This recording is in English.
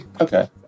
Okay